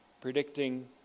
predicting